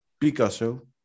Picasso